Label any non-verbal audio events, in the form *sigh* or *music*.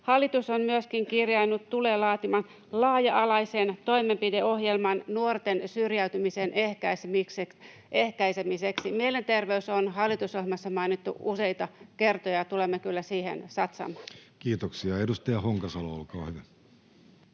Hallitus on myöskin kirjannut, että se tulee laatimaan laaja-alaisen toimenpideohjelman nuorten syrjäytymisen ehkäisemiseksi. *noise* Mielenterveys on hallitusohjelmassa mainittu useita kertoja, tulemme kyllä siihen satsaamaan. [Speech 74] Speaker: Jussi Halla-aho